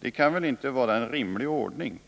Det kan väl inte vara en rimlig ordning